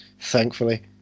Thankfully